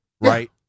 right